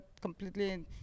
completely